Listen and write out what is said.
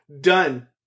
Done